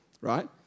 right